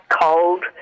cold